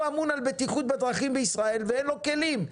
הוא אמון על בטיחות בדרכים בישראל ואין לו כלים.